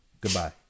Goodbye